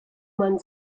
man